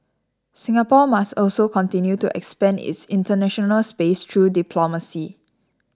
Singapore must also continue to expand its international space through diplomacy